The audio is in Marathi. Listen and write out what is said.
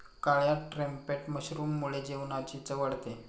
काळ्या ट्रम्पेट मशरूममुळे जेवणाची चव वाढते